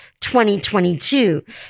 2022